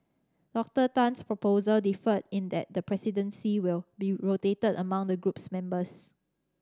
Doctor Tan's proposal differed in that the presidency will be rotated among the group's members